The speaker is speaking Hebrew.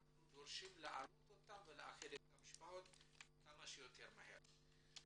אנחנו דורשים להעלות אותם ולאחד את המשפחות כמה שיותר מהר.